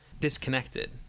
disconnected